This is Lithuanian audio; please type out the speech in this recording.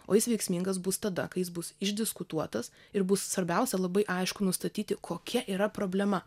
o jis veiksmingas bus tada kai jis bus išdiskutuotas ir bus svarbiausia labai aišku nustatyti kokia yra problema